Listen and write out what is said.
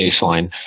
baseline